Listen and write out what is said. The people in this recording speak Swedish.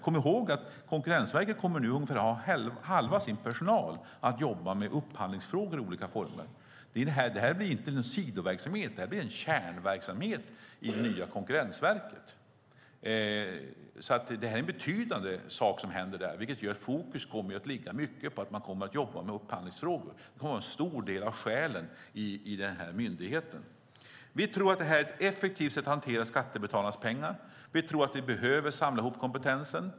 Kom ihåg att hälften av Konkurrensverkets personal nu kommer att jobba med upphandlingsfrågor i olika former. Detta blir inte en sidoverksamhet; detta blir en kärnverksamhet i det nya Konkurrensverket. Det här är en betydande sak som händer där, vilket gör att fokus kommer att ligga på att man kommer att jobba mycket med upphandlingsfrågor. Det kommer att utgöra en stor del i denna myndighet. Vi tror att detta är ett effektivt sätt att hantera skattebetalarnas pengar. Vi tror att vi behöver samla ihop kompetensen.